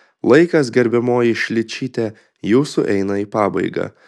laikas gerbiamoji šličyte jūsų eina į pabaigą